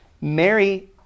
Mary